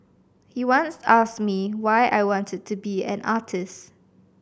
he once asked me why I wanted to be an artist